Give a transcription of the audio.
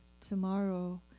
tomorrow